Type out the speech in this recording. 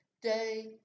Day